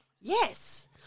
yes